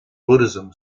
buddhism